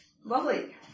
Lovely